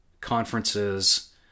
conferences